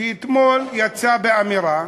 שאתמול יצא באמירה,